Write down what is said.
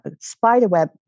spiderweb